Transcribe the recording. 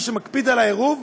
מי שמקפיד על העירוב,